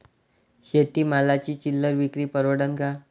शेती मालाची चिल्लर विक्री परवडन का?